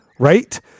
Right